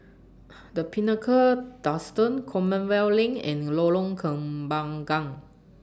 The Pinnacle Duxton Common weel LINK and Lorong Kembagan